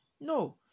No